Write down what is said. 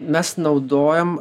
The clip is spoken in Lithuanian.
mes naudojam